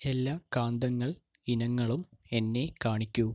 എല്ലാ കാന്തങ്ങൾ ഇനങ്ങളും എന്നെ കാണിക്കൂ